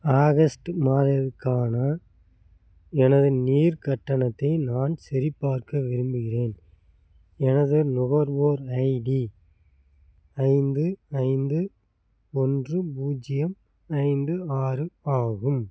August மாதக்கான எனது நீர் கட்டணத்தை நான் சரிபார்க்க விரும்புகிறேன் எனது நுகர்வோர் ஐடி ஐந்து ஐந்து ஒன்று பூஜ்ஜியம் ஐந்து ஆறு ஆகும்